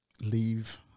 leave